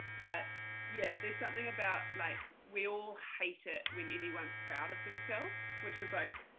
but yeah, there's something about, like we all hate it when anyone's proud of themselves, which is like,